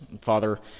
Father